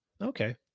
Okay